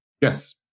Yes